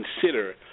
consider